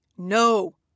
No